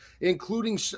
including